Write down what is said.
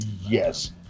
yes